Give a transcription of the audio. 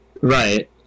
Right